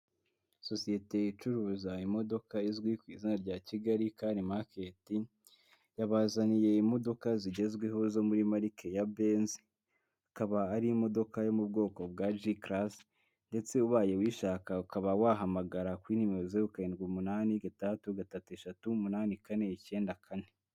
Sosiyete icuruza imodoka izwi ku izina rya Kigali kare maketi yabazaniye imodoka zigezweho zo muri marike ya benzi, ikaba ari imodoka yo mu bwoko bwa G-karasi ndetse ubaye uyishaka ukaba wahamagara kuri nimero:zero karindwi, umunani gatadatu, gatatu eshatu, umunani kane, icyenda, kane.